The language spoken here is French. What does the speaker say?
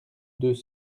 deux